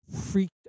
freaked